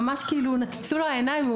ממש נצצו לו העיניים.